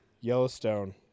Yellowstone